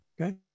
Okay